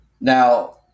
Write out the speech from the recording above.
Now